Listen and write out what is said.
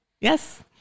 Yes